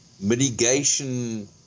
Mitigation